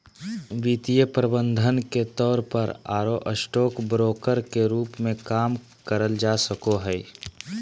वित्तीय प्रबंधक के तौर पर आरो स्टॉक ब्रोकर के रूप मे काम करल जा सको हई